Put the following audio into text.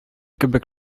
кебек